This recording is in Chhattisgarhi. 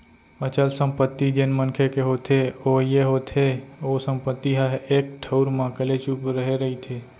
अचल संपत्ति जेन मनखे के होथे ओ ये होथे ओ संपत्ति ह एक ठउर म कलेचुप रहें रहिथे